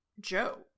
Joe